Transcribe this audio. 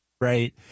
Right